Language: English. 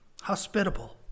hospitable